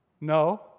No